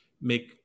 make